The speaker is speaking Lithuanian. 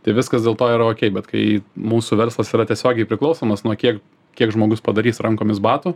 tai viskas dėl to yra okei bet kai mūsų verslas yra tiesiogiai priklausomas nuo kiek kiek žmogus padarys rankomis batų